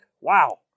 wow